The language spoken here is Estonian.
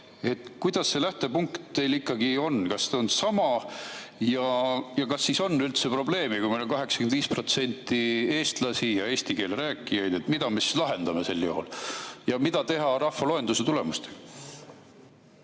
Kuidas see lähtepunkt teil ikkagi on, kas ta on sama? Ja kas siis on üldse probleemi, kui meil on 85% eestlasi ja eesti keele rääkijaid? Mida me siis lahendame sel juhul? Ja mida teha rahvaloenduse tulemustega?